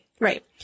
Right